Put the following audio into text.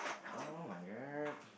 [oh]-my-god